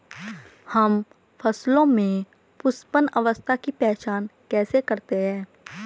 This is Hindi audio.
हम फसलों में पुष्पन अवस्था की पहचान कैसे करते हैं?